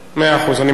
אני מאוד מודה לך.